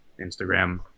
Instagram